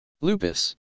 Lupus